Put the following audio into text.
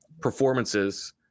performances